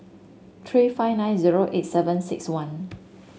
three five nine zero eight seven six one